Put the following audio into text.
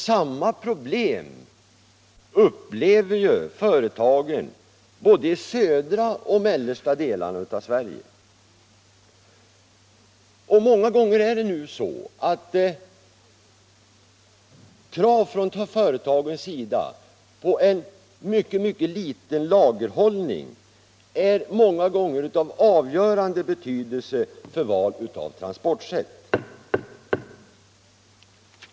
Samma problem upplever företagen både i södra och mellersta delarna av Sverige. Företagens krav på en mycket liten lagerhållning är många gånger av avgörande betydelse för valet av transportsätt.